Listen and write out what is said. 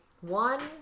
one